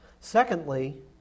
Secondly